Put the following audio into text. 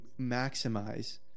maximize